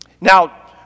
Now